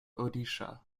odisha